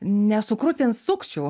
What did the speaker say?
nesukrutins sukčių